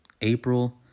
april